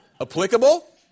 Applicable